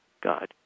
God